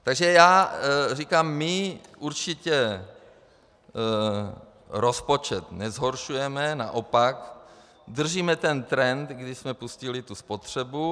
Takže já říkám, my určitě rozpočet nezhoršujeme, naopak držíme ten trend, kdy jsme spustili tu spotřebu.